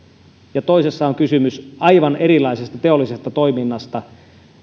ja toisessa on kysymys aivan erilaisesta teollisesta toiminnasta